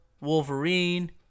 Wolverine